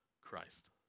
Christ